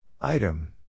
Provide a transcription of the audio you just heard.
Item